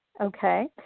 Okay